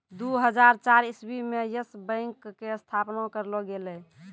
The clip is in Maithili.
दु हजार चार इस्वी मे यस बैंक के स्थापना करलो गेलै